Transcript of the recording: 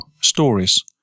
Stories